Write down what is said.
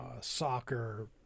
soccer